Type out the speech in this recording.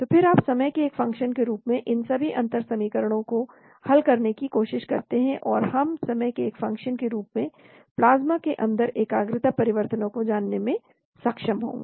और फिर आप समय के एक फंक्शन के रूप में इन सभी अंतर समीकरणों को हल करने की कोशिश करते हैं तो हम समय के एक फंक्शन के रूप में प्लाज्मा के अंदर एकाग्रता परिवर्तनों को जानने में सक्षम होंगे